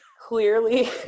clearly